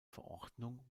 verordnung